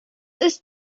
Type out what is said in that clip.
ist